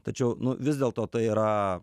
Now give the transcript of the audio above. tačiau nu vis dėlto tai yra